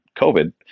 COVID